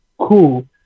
cool